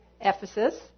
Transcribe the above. Ephesus